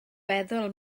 feddwl